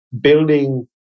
building